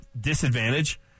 disadvantage